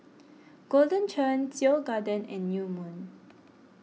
Golden Churn Seoul Garden and New Moon